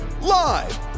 Live